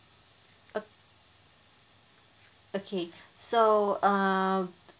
o~ okay so uh